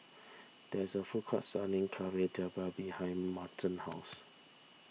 there is a food court selling Kari Debal behind Merton's house